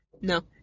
No